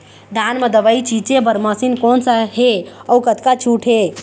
धान म दवई छींचे बर मशीन कोन सा हे अउ कतका छूट हे?